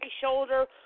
shoulder